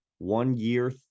one-year